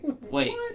Wait